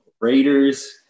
Raiders